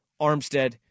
Armstead